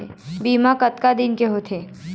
बीमा कतक दिन के होते?